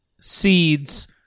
seeds